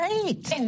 great